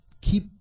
keep